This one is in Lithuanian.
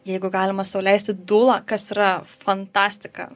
jeigu galima sau leisti dulą kas yra fantastika